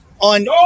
On